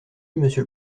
monsieur